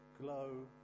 glow